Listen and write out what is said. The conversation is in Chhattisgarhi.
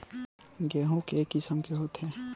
गेहूं के किसम के होथे?